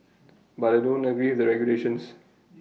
but I don't agree with the regulations